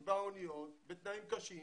באוניות, בתנאים קשים,